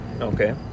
Okay